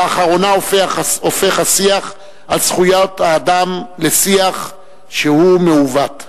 לאחרונה הופך השיח על זכויות האדם לשיח שהוא מעוות.